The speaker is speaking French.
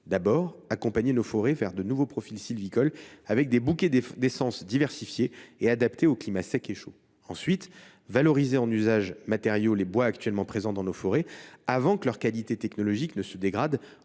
d’abord, accompagner nos forêts vers de nouveaux profils sylvicoles, avec des bouquets d’essences diversifiées et adaptées au climat sec et chaud ; ensuite, valoriser en usage matériaux les bois actuellement présents dans nos forêts avant que leur qualité technologique ne se dégrade